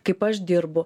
kaip aš dirbu